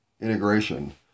integration